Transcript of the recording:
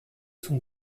son